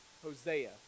Hosea